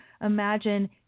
imagine